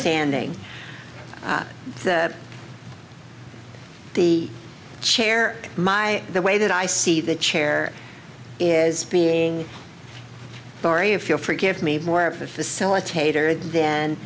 standing in the chair my the way that i see the chair is being sorry if you'll forgive me more of a facilitator